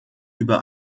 über